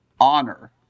honor